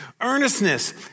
Earnestness